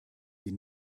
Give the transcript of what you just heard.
sie